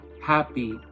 happy